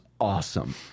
awesome